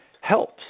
helps